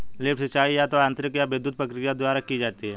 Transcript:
lift सिंचाई या तो यांत्रिक या विद्युत प्रक्रिया द्वारा की जाती है